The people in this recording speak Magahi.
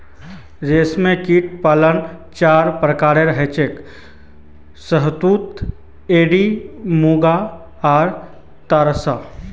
रेशमकीट पालन चार प्रकारेर हछेक शहतूत एरी मुगा आर तासार